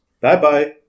Bye-bye